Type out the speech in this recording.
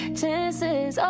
chances